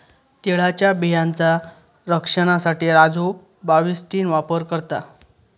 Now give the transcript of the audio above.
तिळाच्या बियांचा रक्षनासाठी राजू बाविस्टीन वापर करता